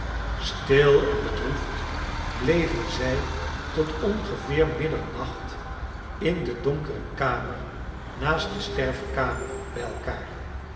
stil en bedroefd bleven zij tot ongeveer middernacht in de donkere kamer naast de sterfkamer bij elkaar